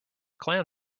clan